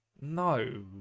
no